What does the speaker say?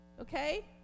Okay